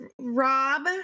rob